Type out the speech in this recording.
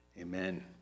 amen